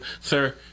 sir